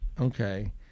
Okay